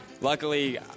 luckily